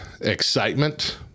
excitement